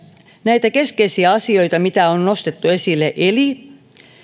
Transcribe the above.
näitä keskeisiä asioita mitä on nostettu esille valiokunnan mietinnössä eli